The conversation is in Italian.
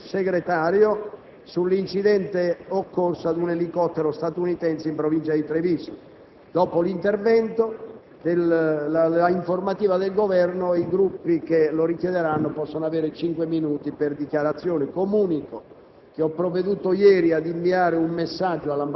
Naccarato, sull'incidente occorso ad un elicottero statunitense in provincia di Treviso. Dopo l'informativa del Governo, i Gruppi che lo richiederanno potranno avere cinque minuti per le loro dichiarazioni. Comunico